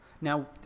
Now